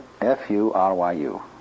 F-U-R-Y-U